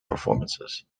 performances